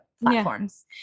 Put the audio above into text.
platforms